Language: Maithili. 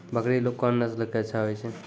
बकरी कोन नस्ल के अच्छा होय छै?